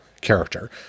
character